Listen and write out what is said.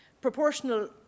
Proportional